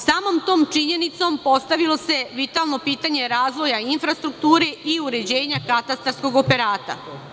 Samom tom činjenicom postavilo se vitalno pitanje razvoja infrastrukture i uređenja katastarskog operata.